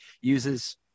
uses